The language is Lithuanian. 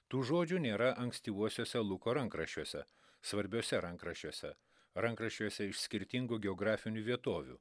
tų žodžių nėra ankstyvuosiuose luko rankraščiuose svarbiuose rankraščiuose rankraščiuose iš skirtingų geografinių vietovių